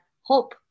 hope